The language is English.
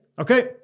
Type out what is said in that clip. Okay